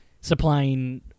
supplying